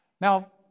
Now